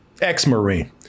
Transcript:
ex-Marine